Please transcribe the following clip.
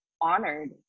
honored